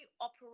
operate